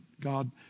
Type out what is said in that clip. God